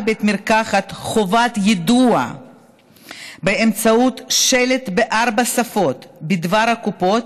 בית מרקחת חובת יידוע באמצעות שלט בארבע שפות בדבר הקופות